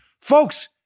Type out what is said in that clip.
Folks